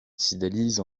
cydalise